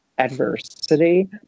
adversity